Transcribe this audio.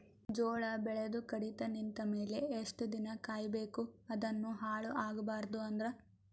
ಜೋಳ ಬೆಳೆದು ಕಡಿತ ನಿಂತ ಮೇಲೆ ಎಷ್ಟು ದಿನ ಕಾಯಿ ಬೇಕು ಅದನ್ನು ಹಾಳು ಆಗಬಾರದು ಅಂದ್ರ?